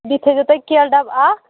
بیٚیہِ تھٲوزیٚو تُہۍ کیلہٕ ڈَبہٕ اکھ